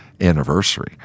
anniversary